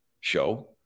show